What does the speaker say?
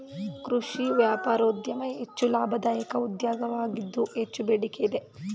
ಕೃಷಿ ವ್ಯಾಪಾರೋದ್ಯಮ ಹೆಚ್ಚು ಲಾಭದಾಯಕ ಉದ್ಯೋಗವಾಗಿದ್ದು ಹೆಚ್ಚು ಬೇಡಿಕೆ ಇದೆ